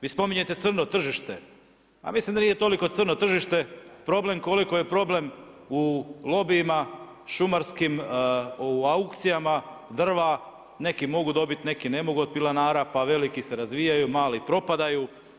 Vi spominjete crno tržište, mislim da nije toliko crno tržište problem koliko je problem u lobijima šumarskim o aukcijama drva, neki mogu dobiti, neki ne mogu dobiti od pilanara pa veliki se razvijaju, mali propadaju.